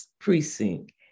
precinct